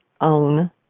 own